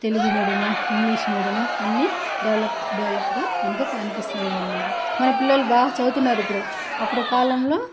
Telugu medium English medium అన్నీ డెవలప్గా మనకు కనిపిస్తూ ఉందన్నమాట మన పిల్లోళ్ళు బాగా చదువుతున్నారు ఇప్పుడు అప్పుడు కాలంలో